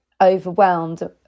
overwhelmed